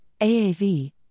AAV